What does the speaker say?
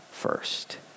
first